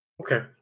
Okay